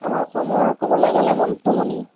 আমাৰ অসমৰ ক'বলৈ গ'লে মণ্টুমণি